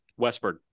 Westberg